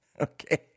Okay